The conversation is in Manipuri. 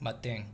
ꯃꯇꯦꯡ